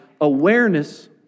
awareness